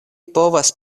povas